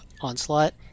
Onslaught